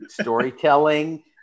storytelling